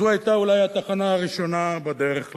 זו היתה אולי התחנה הראשונה בדרך להפרטה.